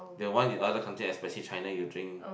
the one you other country especially China you drink